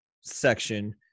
section